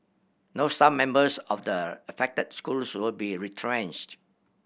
no staff members of the affected schools will be retrenched